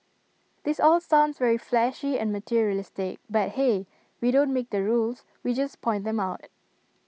this all sounds very flashy and materialistic but hey we don't make the rules we just point them out